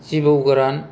जिबौ गोरान